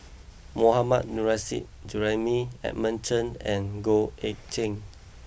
Mohammad Nurrasyid Juraimi Edmund Cheng and Goh Eck Kheng